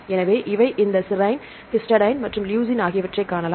எனவே இதை இந்த செரீன் இந்த ஹிஸ்டைடின் மற்றும் லுசின் ஆகியவற்றைக் காணலாம்